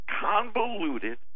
convoluted